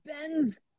ben's